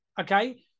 okay